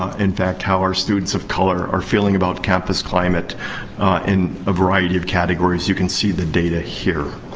um in fact, how our students of color are feeling about campus climate in a variety of categories. you can see the data here.